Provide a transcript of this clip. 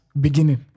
Beginning